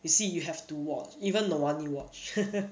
you see you have to watch even the one you watch hehe